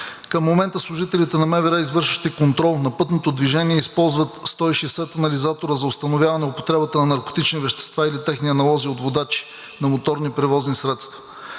Към момента служителите на МВР извършват и контрол на пътното движение и използват 160 анализатора за установяване употребата на наркотични вещества или техни аналози от водачи на моторни превозни средства.